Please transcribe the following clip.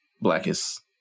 blackest